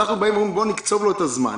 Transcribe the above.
אנחנו באים ואומרים: בואו נקצוב לו את הזמן.